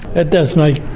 but does make